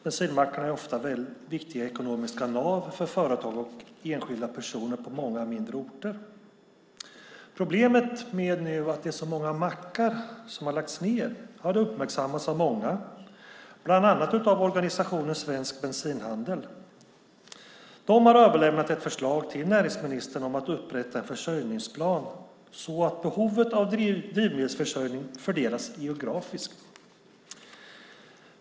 Bensinmackarna är ofta väldigt viktiga ekonomiska nav för företag och enskilda personer på många mindre orter. Problemet nu när så många mackar har lagts ned har uppmärksammats av många, bland annat av organisationen Svensk Bensinhandel. De har överlämnat ett förslag till näringsministern om att upprätta en försörjningsplan så att behovet av drivmedelsförsörjning fördelas geografiskt.